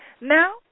Now